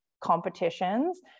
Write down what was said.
competitions